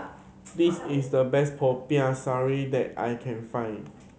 this is the best Popiah Sayur that I can find